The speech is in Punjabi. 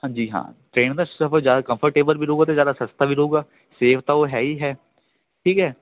ਹਾਂਜੀ ਹਾਂ ਟਰੇਨ ਦਾ ਸਫ਼ਰ ਜ਼ਿਆਦਾ ਕੰਫਰਟੇਬਲ ਵੀ ਰਹੂਗਾ ਅਤੇ ਜ਼ਿਆਦਾ ਸਸਤਾ ਵੀ ਰਹੂਗਾ ਸੇਫ ਤਾਂ ਉਹ ਹੈ ਹੀ ਹੈ ਠੀਕ ਹੈ